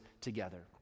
together